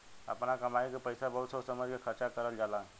आपना कमाई के पईसा बहुत सोच समझ के खर्चा करल जाला